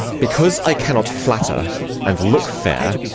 because i cannot flatter and look fair,